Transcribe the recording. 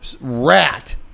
rat